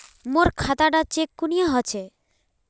मोर खाता डा चेक क्यानी होचए?